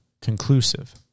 conclusive